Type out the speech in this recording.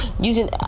using